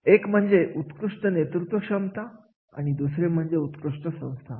एक म्हणजे उत्कृष्ट नेतृत्व क्षमता दुसरे म्हणजे उत्कृष्ट संस्था